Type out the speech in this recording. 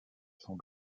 sont